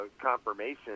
confirmation